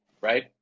right